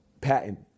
patent